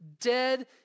dead